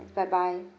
bye bye